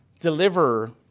deliver